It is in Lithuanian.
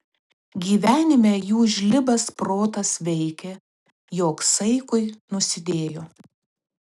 gyvenime jų žlibas protas veikė jog saikui nusidėjo